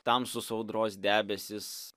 tamsūs audros debesys